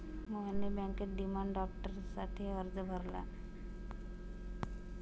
मोहनने बँकेत डिमांड ड्राफ्टसाठी अर्ज भरला